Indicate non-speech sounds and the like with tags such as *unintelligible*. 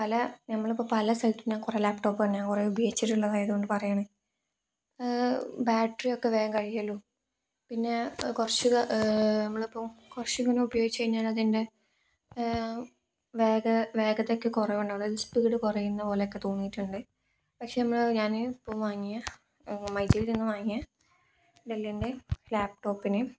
പല നമ്മളിപ്പോള് പല സൈറ്റില് നിന്ന് കുറേ ലാപ്ടോപ്പ് *unintelligible* ഞാന് കുറേ ഉപയോഗിച്ചിട്ടുള്ളതായതുകൊണ്ട് പറയുകയാണ് ബാറ്ററിയൊക്കെ വേഗം കഴിയും പിന്നെ കുറച്ച് നമ്മളിപ്പം കുറച്ചങ്ങനെ ഉപയോഗിച്ച് കഴിഞ്ഞാൽ അതിൻ്റെ വേഗതയ്ക്ക് കുറവുണ്ടാകും അതായത് സ്പീഡ് കുറയുന്നത് പോലെയൊക്കെ തോന്നിയിട്ടുണ്ട് പക്ഷേ നമ്മള് ഞാനിപ്പം വാങ്ങിയ മൈജിയിൽ നിന്ന് വാങ്ങിയ ഡല്ലിൻ്റെ ലാപ്ടോപ്പിന്